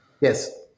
Yes